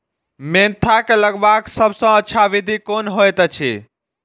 Mentha के लगवाक सबसँ अच्छा विधि कोन होयत अछि?